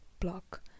block